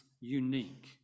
unique